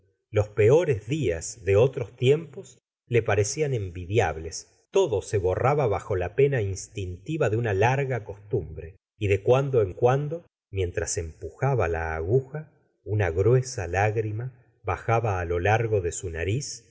los peores días de otros tiempos le parecían envidiables todo se borraba bajo la pena instintiva de una larga costumbre y de cuando en cuando mientras empujaba la aguja una gruesa lágrima bajaba á lo largo de su nariz